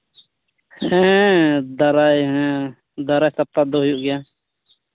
ᱦᱮᱸ ᱫᱟᱨᱟᱭ ᱦᱮᱸ ᱫᱟᱨᱟᱭ ᱥᱚᱯᱛᱟ ᱛᱮᱫᱚ ᱦᱩᱭᱩᱜ ᱜᱮᱭᱟ